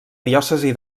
diòcesi